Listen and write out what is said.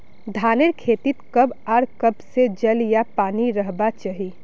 धानेर खेतीत कब आर कब से जल या पानी रहबा चही?